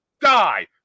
die